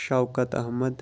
Shaukat Ahmad